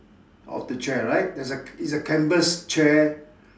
of the chair right there's a it's a canvas chair